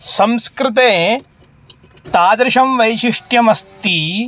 संस्कृते तादृशं वैशिष्ट्यमस्ति